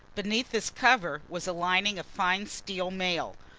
beneath this cover was a lining of fine steel mail.